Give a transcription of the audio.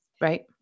Right